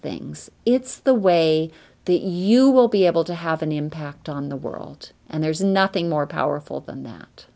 things it's the way the e u will be able to have an impact on the world and there's nothing more powerful than that